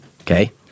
Okay